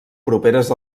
properes